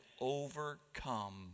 overcome